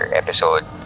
episode